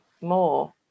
more